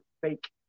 fake